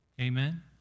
Amen